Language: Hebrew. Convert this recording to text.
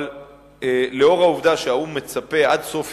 אבל לאור העובדה שהאו"ם מצפה שעד סוף